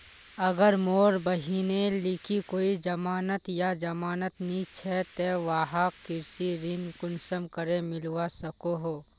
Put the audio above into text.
अगर मोर बहिनेर लिकी कोई जमानत या जमानत नि छे ते वाहक कृषि ऋण कुंसम करे मिलवा सको हो?